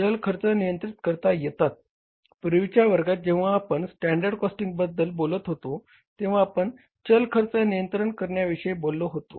चल खर्च नियंत्रित करता येतात पूर्वीच्या वर्गात जेंव्हा आपण स्टँडर्ड कॉस्टिंगबद्दल बोलत होतो तेव्हा आपण चल खर्च नियंत्रण करण्याविषयी बोललो होतो